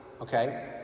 okay